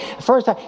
First